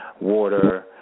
water